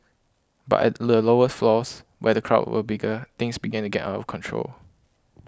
but at the lower floors where the crowds were bigger things began to get out of control